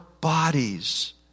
bodies